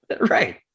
right